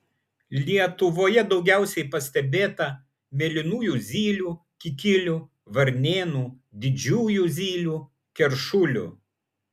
lietuvoje daugiausiai pastebėta mėlynųjų zylių kikilių varnėnų didžiųjų zylių keršulių